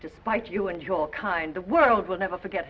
despite you and your kind the world will never forget